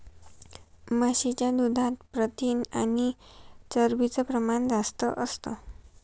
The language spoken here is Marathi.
म्हशीच्या दुधात प्रथिन आणि चरबीच प्रमाण जास्त असतं